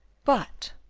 but,